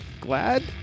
glad